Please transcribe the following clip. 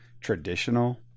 traditional